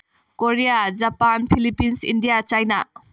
Korea Japan Philippines India China